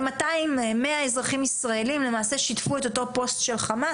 מאה אזרחים ישראלים למעשה שיתפו את אותו פוסט של חמאס,